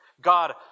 God